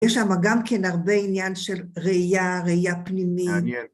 יש שם גם כן הרבה עניין של ראייה, ראייה פנימית.